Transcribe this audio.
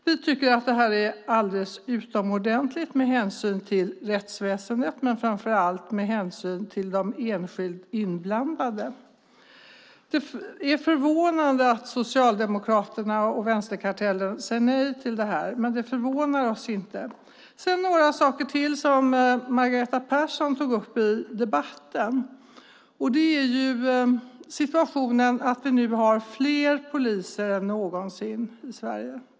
Vi tycker att det är alldeles utmärkt med hänsyn till rättsväsendet men framför allt med hänsyn till de enskilda inblandande. Det är förvånande att vänsterkartellen säger nej till detta. Kanske borde det inte förvåna oss. Låt mig nämna ytterligare några saker som Margareta Persson tog upp i sitt anförande. En gäller polissituationen. Vi har nu fler poliser i Sverige än någonsin tidigare.